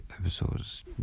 episodes